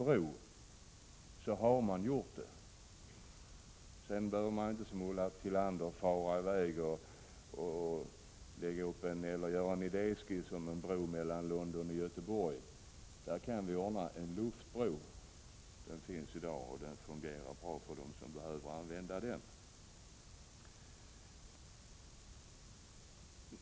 4 Men för den skull behöver man inte, som Ulla Tillander gör, komma med en idéskiss till en bro mellan London och Göteborg. I det sammanhanget går det att ordna en luftbro. En sådan finns också redan i dag och den fungerar bra för dem som behöver utnyttja den.